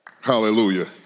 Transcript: Hallelujah